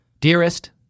Dearest